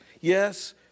Yes